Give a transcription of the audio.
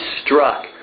struck